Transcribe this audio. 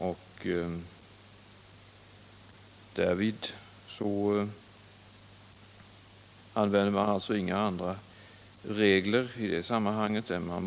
Man tillämpade alltså inga särregler i det sam Måndagen den manhanget.